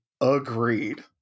Agreed